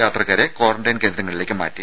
യാത്രക്കാരെ ക്വാറന്റൈൻ കേന്ദ്രങ്ങളിലേക്ക് മാറ്റി